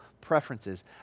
preferences